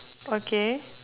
okay